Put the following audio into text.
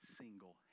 single